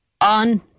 on